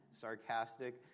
sarcastic